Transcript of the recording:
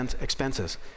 expenses